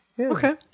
Okay